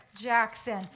Jackson